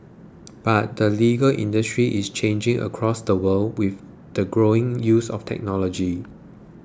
but the legal industry is changing across the world with the growing use of technology